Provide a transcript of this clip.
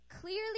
Clearly